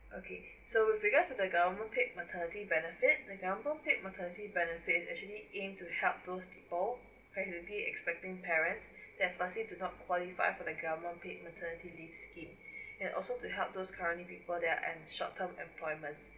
okay so with regards to the government paid maternity benefit the government paid maternity benefit actually aim to help those people that already expecting parents that firstly do not qualify for the government paid maternity leave scheme and also to help those currently people that are an short term employments